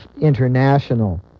international